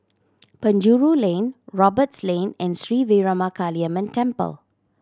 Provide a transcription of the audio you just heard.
Penjuru Lane Roberts Lane and Sri Veeramakaliamman Temple